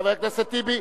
חבר הכנסת טיבי.